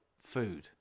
food